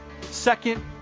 second